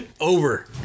over